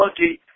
Lucky